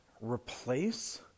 replace